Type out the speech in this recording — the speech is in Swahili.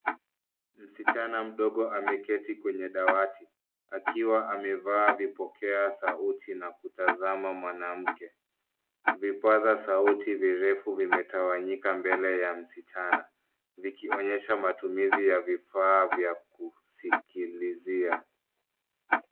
Msichana mdogo ameketi kwenye dawati akiwa amevaa vipokea sauti na kutazama mwanamke ,vipazaa sauti virefu vimetawanyika mbele ya msichana vikionyesha matumizi ya vifaa vya kusikilizia.